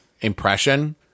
impression